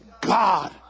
god